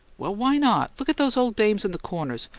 well, why not? look at those ole dames in the corners.